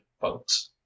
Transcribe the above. folks